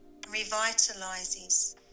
revitalizes